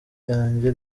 ryanjye